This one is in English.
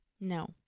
No